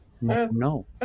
No